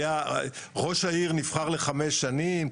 ראש העיר נבחר לחמש שנים,